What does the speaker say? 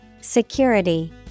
Security